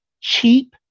cheap